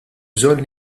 bżonn